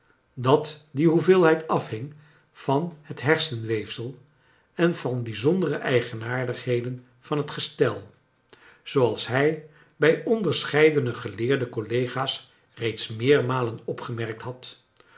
dat die hoeveelheid afhing vaa het hersenweefsel en van bijzort dere eigenaardigheden vaa het gestel zooals hij bij onderscheidene geleerde collega's reeds meermalen opgemerkt had